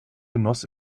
genoss